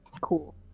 Cool